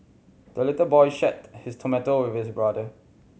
the little boy shared his tomato with brother